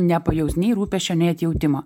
nepajaus nei rūpesčio nei atjautimo